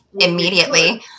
immediately